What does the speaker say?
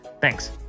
Thanks